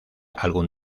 algún